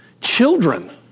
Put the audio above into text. children